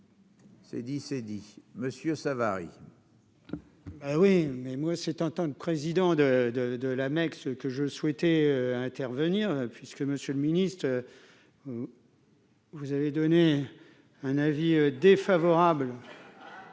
C'est dit, c'est dit Monsieur Savary. Ben oui, mais moi c'est un putain de président de de de l'Mecque, ce que je souhaitais intervenir puisque Monsieur le Ministre. Vous avez donné un avis défavorable